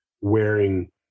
wearing